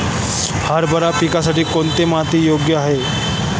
हरभरा पिकासाठी कोणती माती योग्य आहे?